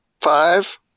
Five